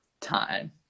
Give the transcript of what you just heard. time